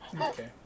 Okay